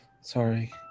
sorry